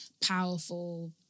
powerful